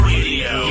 Radio